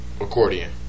accordion